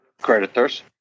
creditors